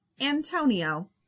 Antonio